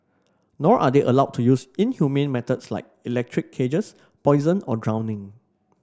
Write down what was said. nor are they allowed to use inhumane methods like electric cages poison or drowning